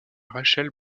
rachel